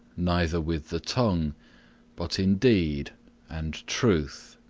neither with the tongue but in deed and truth.